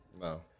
no